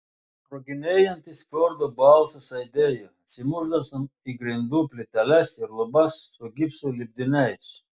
sproginėjantis fjordo balsas aidėjo atsimušdamas į grindų plyteles ir lubas su gipso lipdiniais